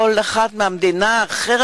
לכל אחת מהמדינה האחרת,